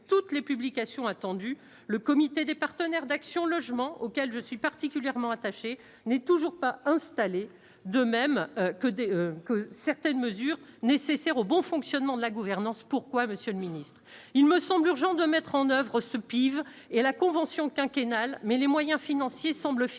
toutes les publications attendues, le comité des partenaires d'Action Logement, auquel je suis particulièrement attaché, n'est toujours pas installé, de même que dès que certaines mesures nécessaires au bon fonctionnement de la gouvernance pourquoi monsieur le Ministre, il me semble urgent de mettre en oeuvre ce pivot et à la convention quinquennale, mais les moyens financiers semble figée